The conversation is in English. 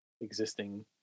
existing